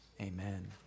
amen